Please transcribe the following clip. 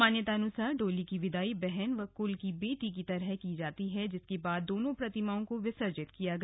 मान्यतानुसार डोली की विदाई बहन व कुल की बेटी की तरह की जाती है जिसके बाद दोनों प्रतिमाओं को विसर्जित किया गया